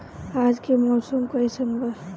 आज के मौसम कइसन बा?